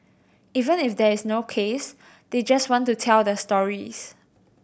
even if there is no case they just want to tell their stories